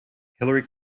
hillary